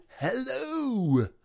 hello